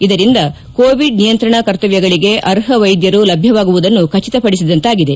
ಇದರಿಂದ ಕೋವಿಡ್ ನಿಯಂತ್ರಣ ಕರ್ತಮ್ಯಗಳಿಗೆ ಅರ್ಷ ವೈದ್ಯರು ಲಭ್ಯವಾಗುವುದನ್ನು ಖಚಿತಪಡಿಸಿದಂತಾಗಿದೆ